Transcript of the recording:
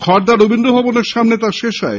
খড়দা রবীন্দ্রভবনের সামনে তা শেষ হয়